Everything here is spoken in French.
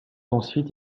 ensuite